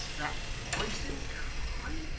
that voice and cry!